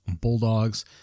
Bulldogs